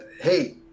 hey